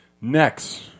Next